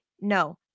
No